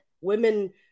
women